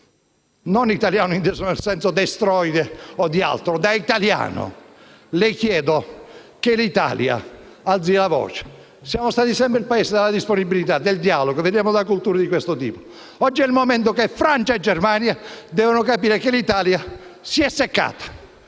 non inteso nel senso destroide o altro - le chiedo che l'Italia alzi la voce. Siamo stati sempre il Paese della disponibilità e del dialogo, veniamo da una cultura di questo tipo. Oggi è il momento in cui Francia e Germania capiscano che l'Italia si è seccata,